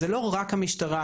זה לא רק המשטרה,